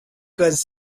caused